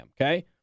okay